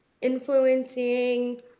influencing